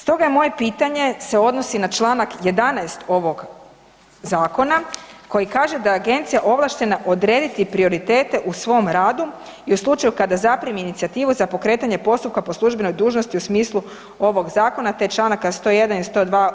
Stoga je moje pitanje se odnosi na Članak 11. ovog zakona koji kaže da je agencija ovlaštena odrediti prioritete u svom radu i u slučaju kada zaprimi inicijativu za pokretanje postupka po službenoj dužnosti u smislu ovog zakona te Članaka 101. i 102.